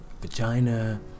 vagina